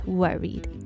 worried